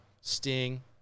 Sting